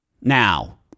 Now